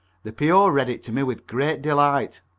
the p o. read it to me with great delight.